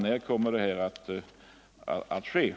När när kommer denna uppsägning att ske?